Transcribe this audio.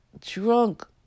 drunk